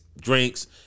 drinks